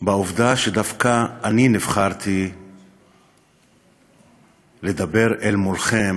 בעובדה שדווקא אני נבחרתי לדבר אליכם